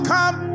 Come